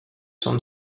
són